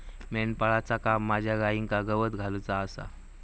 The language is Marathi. मेंढपाळाचा काम माझ्या गाईंका गवत घालुचा आसा